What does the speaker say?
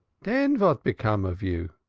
den vat become of you?